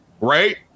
Right